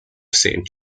saint